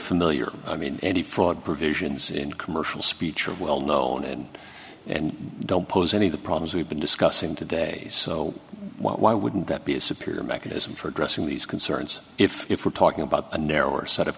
familiar i mean any fraud provisions in commercial speech are well known and and don't pose any of the problems we've been discussing today so why wouldn't that be a superior mechanism for addressing these concerns if if we're talking about a narrower set of